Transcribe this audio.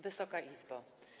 Wysoka Izbo!